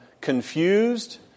confused